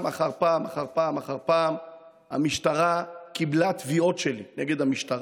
החקירה נמשכת.